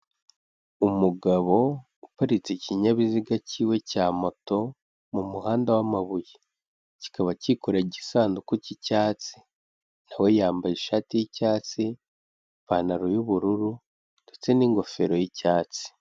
Umugabo uparitse ikinyabiziga cyiwe cya moto mumuhanda w'amabuye, kikaba kikore igisanduku cy'icyatsi, na we yambaye ishati yicyatsi, ipantaro y'ubururu ndetse n'ingofero y'icyatsi.